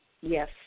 yes